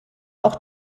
auch